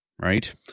right